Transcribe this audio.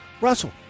Russell